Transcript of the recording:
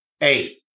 Eight